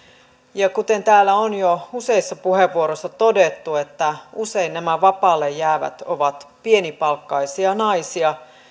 ja kuten täällä on jo useissa puheenvuoroissa todettu usein nämä vapaalle jäävät ovat pienipalkkaisia naisia